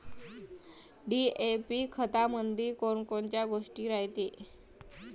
DAP खतामंदी कोनकोनच्या गोष्टी रायते?